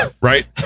right